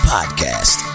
Podcast